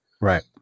Right